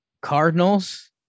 Cardinals